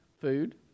Food